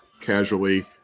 casually